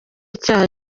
icyaha